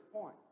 point